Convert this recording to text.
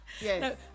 yes